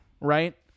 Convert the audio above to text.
Right